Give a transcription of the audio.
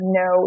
no